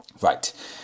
Right